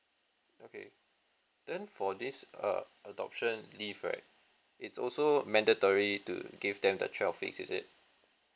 okay then for this uh adoption leave right it's also mandatory to give them the twelve weeks is it